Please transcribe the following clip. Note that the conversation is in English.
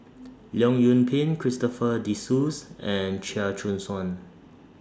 Leong Yoon Pin Christopher De Souza and Chia Choo Suan